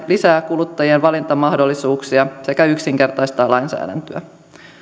lisää kuluttajan valintamahdollisuuksia sekä yksinkertaistaa lainsäädäntöä